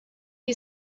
you